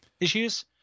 issues